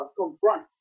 confront